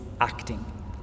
acting